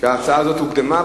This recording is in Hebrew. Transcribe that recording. שההצעה הזאת הוקדמה,